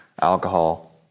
alcohol